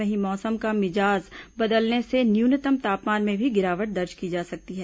वहीं मौसम का मिजाज बदलने से न्यूनतम तापमान में भी गिरावट दर्ज की जा सकती है